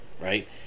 right